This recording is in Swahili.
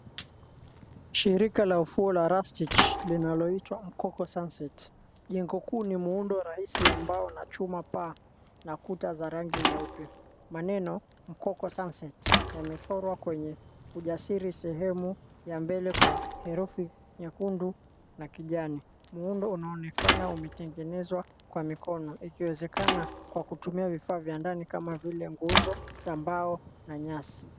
Shirika la ufuo la rustish , linaloitwa Mkoko Sunset. Jengo kuu ni muundo wa raisi wa mbao na chuma paa, na kuta za rangi nyeupe. Maneno Mkoko Sunset yamechorwa kwenye ujasiri sehemu ya mbele kwa herufi nyekundu na kijani. Muundo unaonekana umetengenezwa kwa mikono, ikiwezekana kwa kutumia vifaa vya ndani kama vile; nguzo za mbao na nyasi.